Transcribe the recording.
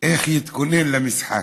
איך להתכונן למשחק.